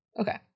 Okay